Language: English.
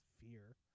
Fear